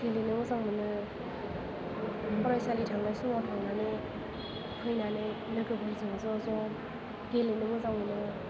गेलेनो मोजां मोनो फरायसालि थांनाय समाव थांनानै फैनानै लोगोफोरजों ज' ज' गेलेनो मोजां मोनो